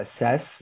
assess